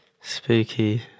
spooky